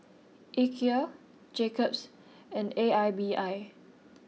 Ikea Jacob's and A I B I